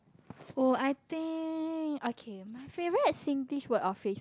oh I think okay my favourite Singlish word or phrase